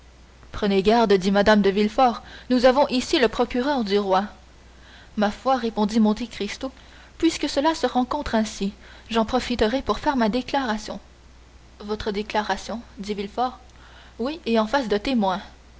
prenez garde dit mme de villefort nous avons ici le procureur du roi ma foi répondit monte cristo puisque cela se rencontre ainsi j'en profiterai pour faire ma déclaration votre déclaration dit villefort oui et en face de témoins